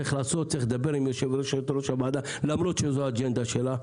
צריך לדבר עם יושבת ראש הוועדה למרות שזאת האג'נדה שלה.